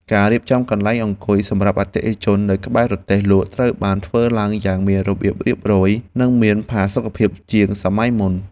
ការរៀបចំកន្លែងអង្គុយសម្រាប់អតិថិជននៅក្បែររទេះលក់ត្រូវបានធ្វើឡើងយ៉ាងមានរបៀបរៀបរយនិងមានផាសុកភាពជាងសម័យមុន។